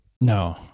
no